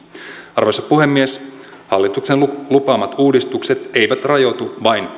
arvoisa puhemies hallituksen lupaamat uudistukset eivät rajoitu vain